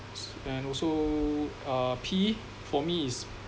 and also uh P for me is